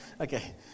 Okay